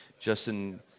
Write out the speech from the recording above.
Justin